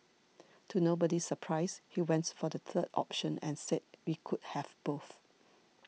to nobody's surprise he went for the third option and said that we could have both